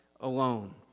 alone